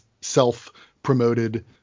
self-promoted